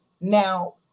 Now